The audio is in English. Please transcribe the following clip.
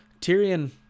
Tyrion